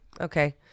okay